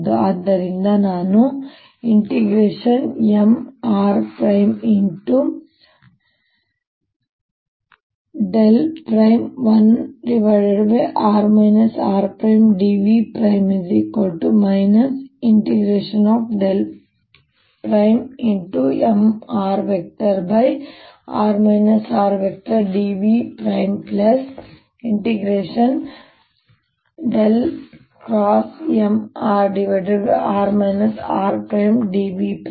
ಮತ್ತು ಆದ್ದರಿಂದ ನಾನು Mr×1r rdV Mrr rdVMrr rdV ಸಮನಾಗಿರುತ್ತದೆ